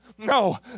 no